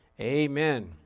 Amen